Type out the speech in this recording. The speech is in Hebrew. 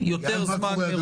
יותר זמן מראש.